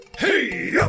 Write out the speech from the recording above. hey